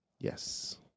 Yes